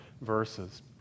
verses